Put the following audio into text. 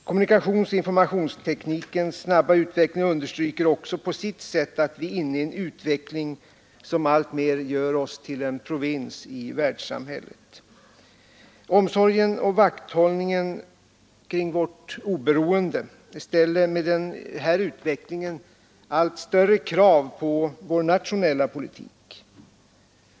Kommunikationsoch informationsteknikens snabba utveckling understryker också på sitt sätt att vi är inne i en utveckling som alltmer gör oss till en provins i världssamhället. Omsorgen och vakthållningen kring vårt oberoende ställer med den här utvecklingen allt större krav på vår nationella politik.